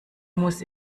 muss